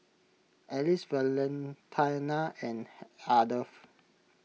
Elise Valentina and Ardeth